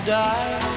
die